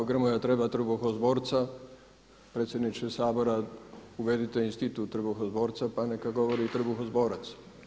Ako Grmoja treba trbuhozborca predsjedniče Sabora uvedite institut trbuhozborca pa neka govori trbuhozborac.